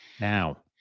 Now